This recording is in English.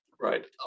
right